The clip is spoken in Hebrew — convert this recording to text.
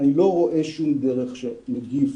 אני לא רואה שום דרך שנגיף